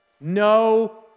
No